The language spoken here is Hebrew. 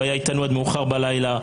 הוא היה איתנו עד מאוחר בלילה,